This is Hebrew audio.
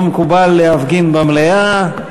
לא מקובל להפגין במליאה.